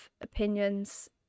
opinions